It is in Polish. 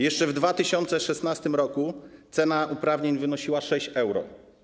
Jeszcze w 2016 r. cena uprawnień wynosiła 6 euro.